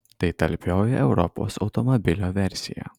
tai talpioji europos automobilio versija